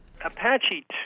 Apache